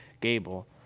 Gable